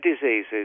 diseases